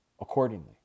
accordingly